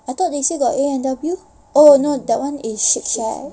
I thought they say got A&W oh no that one is shake shack